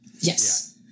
yes